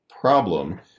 problem